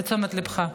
לתשומת ליבך.